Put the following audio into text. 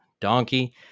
Donkey